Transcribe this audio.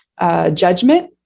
judgment